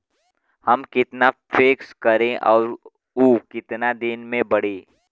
हम कितना फिक्स करी और ऊ कितना दिन में बड़ी?